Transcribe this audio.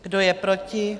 Kdo je proti?